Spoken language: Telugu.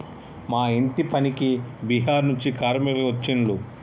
మా ఇంటి పనికి బీహార్ నుండి కార్మికులు వచ్చిన్లు